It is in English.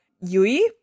Yui